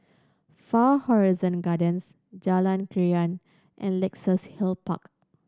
Far Horizon Gardens Jalan Krian and Luxus Hill Park